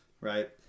right